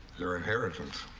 your inheritance.